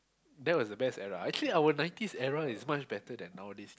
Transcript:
that was the best era actually our nineties era is much better than nowadays